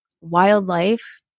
wildlife